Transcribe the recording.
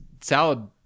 salad